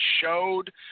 showed